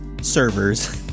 servers